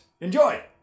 Enjoy